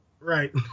Right